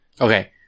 Okay